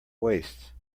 waist